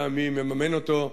אינני יודע מי מממן אותו.